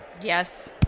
Yes